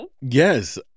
Yes